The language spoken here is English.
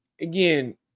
again